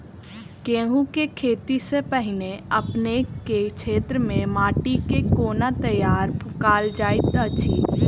गेंहूँ केँ खेती सँ पहिने अपनेक केँ क्षेत्र मे माटि केँ कोना तैयार काल जाइत अछि?